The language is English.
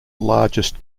largest